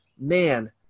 man